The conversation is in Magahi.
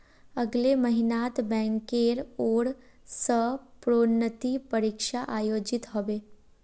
अगले महिनात बैंकेर ओर स प्रोन्नति परीक्षा आयोजित ह बे